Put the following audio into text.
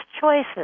choices